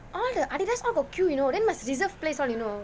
ah the Adidas all got queue you know then must reserve place [one] you know